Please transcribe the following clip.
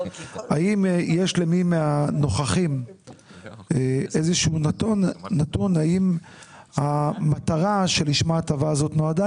הם יש למי מהנוכחים איזשהו נתון האם המטרה שלמה ההטבה הזאת נועדה,